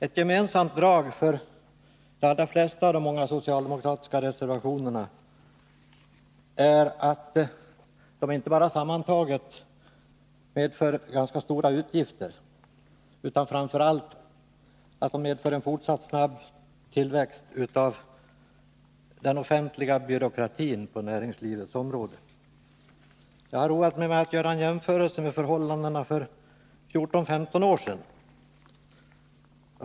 Ett gemensamt drag hos de många socialdemokratiska reservationerna är att de inte bara sammantaget medför ganska stora utgifter utan att de framför allt medför en fortsatt snabb tillväxt av den offentliga byråkratin på näringslivets område. Jag har roat mig med att göra en jämförelse med förhållandena för 14—15 år sedan.